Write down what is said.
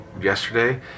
yesterday